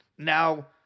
Now